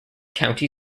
county